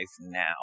now